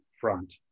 front